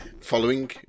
following